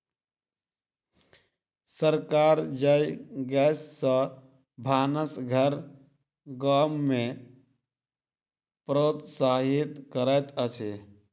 सरकार जैव गैस सॅ भानस घर गाम में प्रोत्साहित करैत अछि